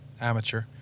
amateur